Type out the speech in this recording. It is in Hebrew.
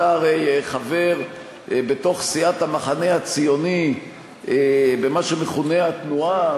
אתה הרי חבר בסיעת המחנה הציוני במה שמכונה "התנועה",